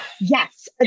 Yes